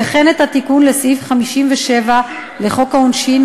וכן את התיקון לסעיף 57 לחוק העונשין,